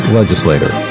legislator